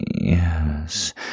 yes